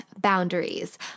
boundaries